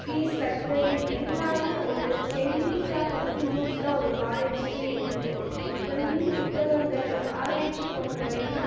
fees கட்டுறது எல்லாமே ஒரு ten minutes or twenty minutes தான் ஒரு காலேஜுக்கே எடுத்துக்குது இப்போ மின் புத்தகங்கள் ஆராய்ச்சி போன்றவைனா